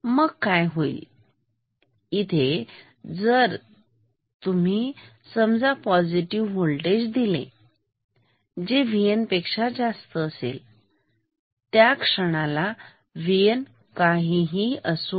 तर काय होईल इथे जर तुम्ही समजा पॉझिटिव वोल्टेज दिले जे VN पेक्षा जास्त असेल त्या क्षणाला VN काहीही असो